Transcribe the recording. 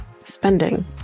spending